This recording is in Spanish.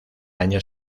año